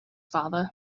father